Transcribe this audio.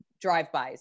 drive-bys